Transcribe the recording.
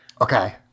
Okay